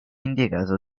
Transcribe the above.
indicato